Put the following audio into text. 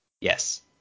Yes